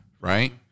right